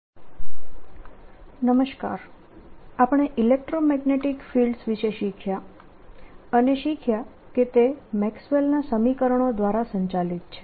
electromagnetic fields દ્વારા energy transport Poynting vector આપણે electromagnetic fields વિશે શીખ્યા અને શીખ્યા કે તે મેક્સવેલના સમીકરણો Maxwell's equations દ્વારા સંચાલિત છે